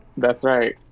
that's right.